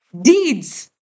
deeds